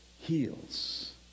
heals